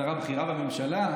שרה בכירה בממשלה.